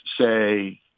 say